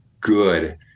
good